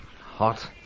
Hot